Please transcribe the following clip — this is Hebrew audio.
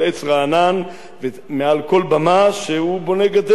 כל במה שהוא בונה גדר כדי למנוע את כניסת המסתננים.